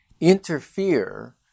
interfere